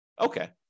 Okay